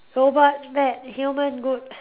robot human good